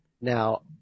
Now